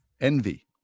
Envy